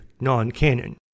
non-canon